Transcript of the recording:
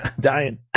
Dying